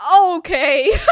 okay